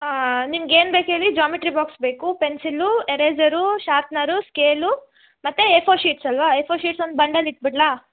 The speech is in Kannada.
ಹಾಂ ನಿಮ್ಗೆ ಏನ್ಬೇಕು ಹೇಳಿ ಜಾಮಿಟ್ರಿ ಬಾಕ್ಸ್ ಬೇಕು ಪೆನ್ಸಿಲ್ಲು ಎರೈಸರು ಶಾರ್ಪ್ನರು ಸ್ಕೇಲು ಮತ್ತೆ ಏ ಫೋರ್ ಶೀಟ್ಸ್ ಅಲ್ಲವಾ ಏ ಫೋರ್ ಶೀಟ್ಸ್ ಒಂದು ಬಂಡಲ್ ಇಟ್ಟುಬಿಡ್ಲಾ